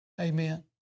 Amen